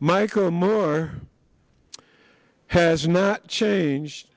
michael moore has not changed